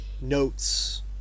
notes